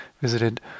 visited